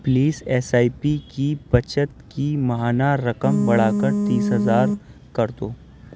please S I P کی بچت کی ماہانہ رقم بڑھا کر تیس ہزار کر دو